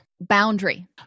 boundary